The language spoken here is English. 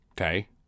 Okay